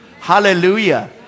Hallelujah